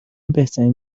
بهترین